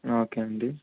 okay అండి